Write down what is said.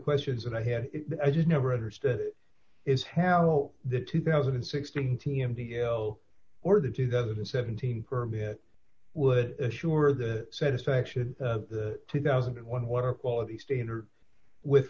questions that i had i just never understood is how the two thousand and sixteen t m t arrow or the two thousand and seventeen permit would assure the satisfaction of the two thousand and one water quality standard with